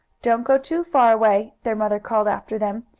don't go too far away, their mother called after them.